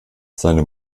seine